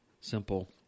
simple